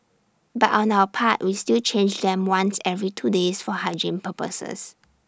but on our part we still change them once every two days for hygiene purposes